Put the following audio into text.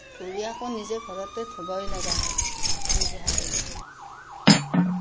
উলিয়াই আকৌ নিজে ঘৰতে ধুবই লগা হয় নিজে হাতেৰে